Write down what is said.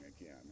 again